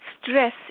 Stress